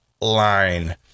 line